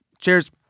Cheers